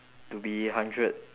to be a hundred